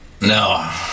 No